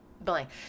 blank